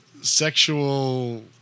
sexual